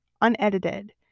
unedited